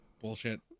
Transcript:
bullshit